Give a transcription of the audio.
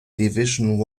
division